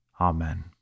Amen